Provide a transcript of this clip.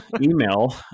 email